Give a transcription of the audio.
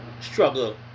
struggle